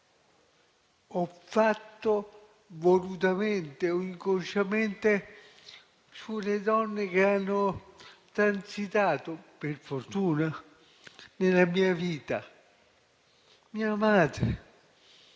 ho fatto - volutamente o inconsciamente - alle donne che hanno transitato, per fortuna, nella mia vita. Mia madre